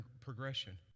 progression